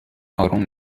اروم